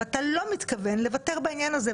ואתה לא מתכוון לוותר בעניין הזה.